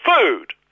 food